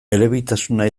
elebitasuna